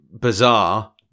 bizarre